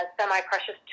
semi-precious